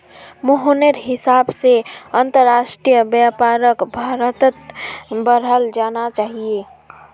मोहनेर हिसाब से अंतरराष्ट्रीय व्यापारक भारत्त बढ़ाल जाना चाहिए